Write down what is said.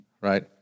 right